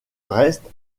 reste